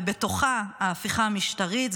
ובתוכה מהפכת התקשורת.